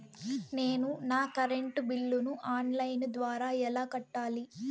నేను నా కరెంటు బిల్లును ఆన్ లైను ద్వారా ఎలా కట్టాలి?